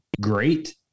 Great